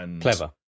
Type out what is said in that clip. Clever